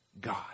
God